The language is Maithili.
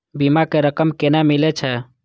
बीमा के रकम केना मिले छै?